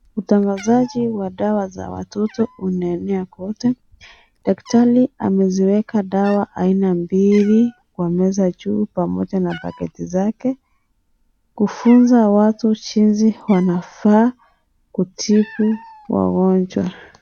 Utangazaji wa dawa za watoto umeenea kote daktari ameziweka dawa aina mbili kwa meza juu pamoja na paketi zake kufunza watu jinsi yanafaa kutibu wagonjwa.